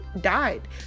died